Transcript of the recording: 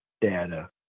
data